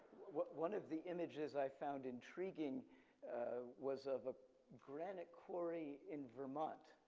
one of the images i found intriguing was of a granite quarry in vermont.